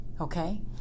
okay